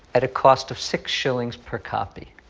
at a cost of six shillings per copy.